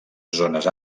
zones